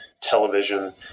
television